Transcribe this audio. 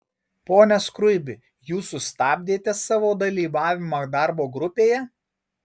pone skruibi jūs sustabdėte savo dalyvavimą darbo grupėje